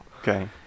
Okay